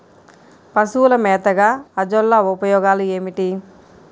పశువుల మేతగా అజొల్ల ఉపయోగాలు ఏమిటి?